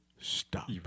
stop